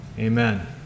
Amen